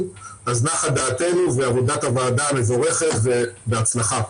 אז נחה דעתנו ועבודת הוועדה מבורכת ובהצלחה.